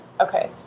Okay